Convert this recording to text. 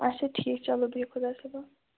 اَچھا ٹھیٖک چَلو بِہِوٗ خۅدایَس حَوال